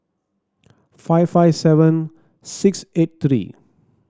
five five seven six eight three